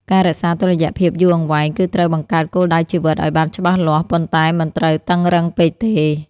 ការរក្សាតុល្យភាពយូរអង្វែង គឹត្រូវបង្កើតគោលដៅជីវិតឱ្យបានច្បាស់លាស់ ប៉ុន្តែមិនត្រូវតឹងរ៉ឹងពេកទេ។